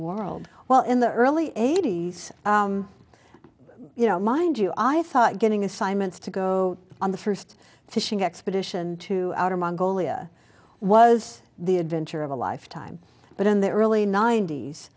world well in the early eighty's you know mind you i thought getting assignments to go on the first fishing expedition to outer mongolia was the adventure of a lifetime but in the early nineties